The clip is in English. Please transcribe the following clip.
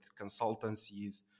consultancies